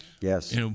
Yes